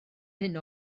hyn